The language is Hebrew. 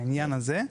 בעניין הזה.